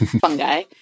fungi